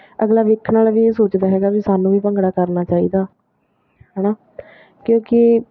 ਅਗਲਾ ਵੇਖਣ ਵਾਲਾ ਵੀ ਇਹ ਸੋਚਦਾ ਹੈਗਾ ਵੀ ਸਾਨੂੰ ਵੀ ਭੰਗੜਾ ਕਰਨਾ ਚਾਹੀਦਾ ਹੈ ਨਾ ਕਿਉਂਕਿ